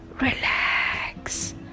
relax